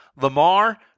Lamar